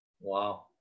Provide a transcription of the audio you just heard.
Wow